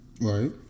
Right